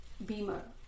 beamer